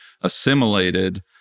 assimilated